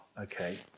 okay